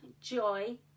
joy